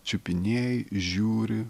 čiupinėji žiūri